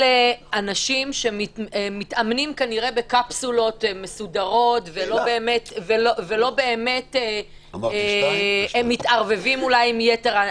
אלה אנשים שמתאמנים כנראה בקפסולות ולא באמת מתערבבים עם היתר.